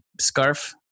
scarf